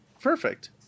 Perfect